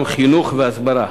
גם חינוך והסברה,